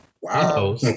Wow